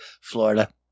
Florida